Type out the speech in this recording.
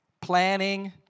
planning